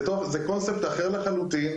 זה קונספט אחר לחלוטין.